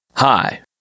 Hi